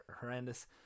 horrendous